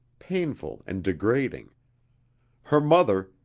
painful and degrading her mother,